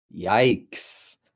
yikes